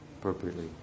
Appropriately